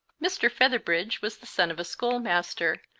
mr. featherbridge was the son of a schoolmaster,